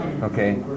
okay